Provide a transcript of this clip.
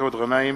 מסעוד גנאים.